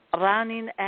running